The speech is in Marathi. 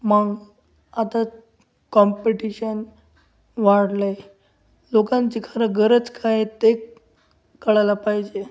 मग आता काँपिटिशन वाढलं आहे लोकांची खरं गरज काय आहे ते कळायला पाहिजे